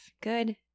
Good